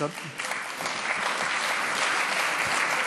(מחיאות כפיים) תודה רבה לנשיא המדינה